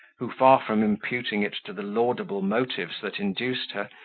who, far from imputing it to the laudable motives that induced her,